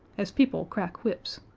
as people crack whips,